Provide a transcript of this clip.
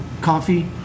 coffee